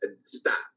stop